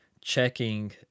checking